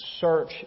search